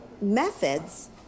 methods